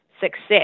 success